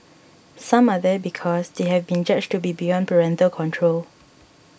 some are there because they have been judged to be beyond parental control